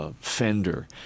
Fender